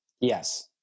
Yes